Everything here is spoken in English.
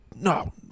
no